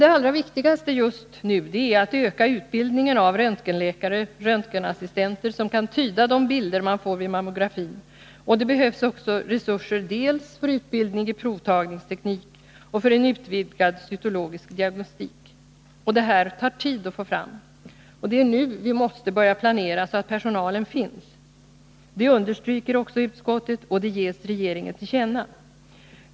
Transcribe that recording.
Det allra viktigaste nu är att öka utbildningen av röntgenläkare och röntgenassistenter som kan tyda de bilder man får vid mammografin, och det behövs också resurser dels för utbildning i provtagningsteknik, dels för en utvidgad cytologisk diagnostik. Detta tar tid att få fram. Det är nu vi måste börja planera, så att personalen finns. Detta understryker också utskottet, och det ges regeringen till känna.